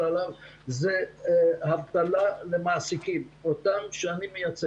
אבטלה למעסיקים שאני מייצג.